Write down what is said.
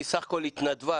היא בסך הכל התנדבה,